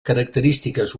característiques